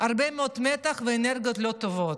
הרבה מאוד מתח ואנרגיות לא טובות.